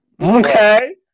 Okay